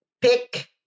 pick